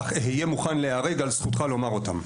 אך אהיה מוכן להרג על זכותך לומר אותם",